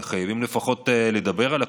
אבל חייבים לפחות לדבר על הכול.